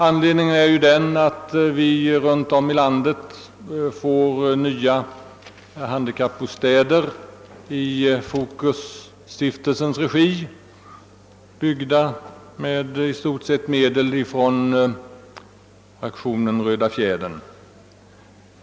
Anledningen till vårt förslag är att det runt om i landet uppförs nya handikappbostäder som byggs i Fokusstiftelsens regi och som i stort sett finansieras av medel från aktionen Röda Fjädern.